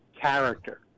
character